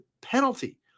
penalty